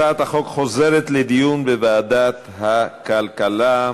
הצעת החוק חוזרת לדיון בוועדת הכלכלה.